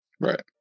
Right